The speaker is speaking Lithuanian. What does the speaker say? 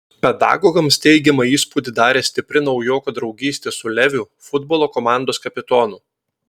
pedagogams teigiamą įspūdį darė stipri naujoko draugystė su leviu futbolo komandos kapitonu